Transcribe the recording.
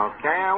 Okay